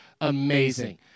Amazing